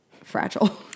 fragile